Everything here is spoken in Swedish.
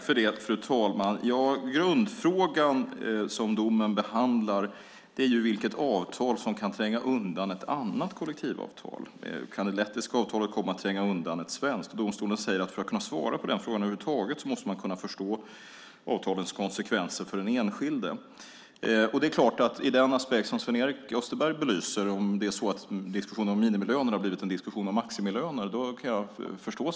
Fru talman! Grundfrågan som domen behandlar är vilket avtal som kan tränga undan ett annat kollektivavtal. Kan det lettiska avtalet komma att tränga undan ett svenskt? Domstolen säger att för att kunna svara på den frågan över huvud taget måste man kunna förstå avtalens konsekvenser för den enskilde. Det är klart att jag kan förstå Sven-Erik Österbergs oro över den aspekt som han belyser, om det är så att diskussionen om minimilöner har blivit en diskussion om maximilöner.